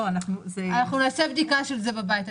אנחנו נעשה בדיקה של זה בבית.